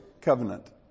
covenant